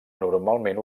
normalment